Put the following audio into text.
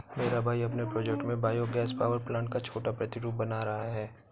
मेरा भाई अपने प्रोजेक्ट में बायो गैस पावर प्लांट का छोटा प्रतिरूप बना रहा है